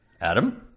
Adam